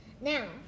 Now